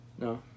No